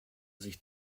sich